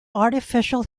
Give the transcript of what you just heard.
artificial